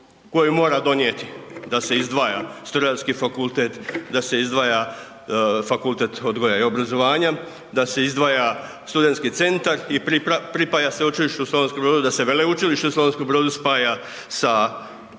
koju mora donijeti da se izdvaja Strojarski fakultet, da se izdvaja Fakultet odgoja i obrazovanja, da se izdvaja studentski centar i pripaja Sveučilištu u Slavonskom Brodu, da se Veleučilište u Slavonskom Brodu spaja sa novim